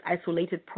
isolated